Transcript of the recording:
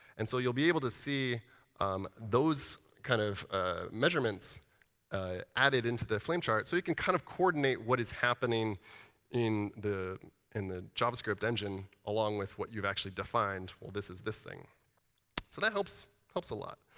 and so you'll be able to see those kind of measurements added into the flame chart. so you can kind of coordinate what is happening in the in the javascript engine along with what you've actually defined well, this is this thing. so that helps. that helps a lot.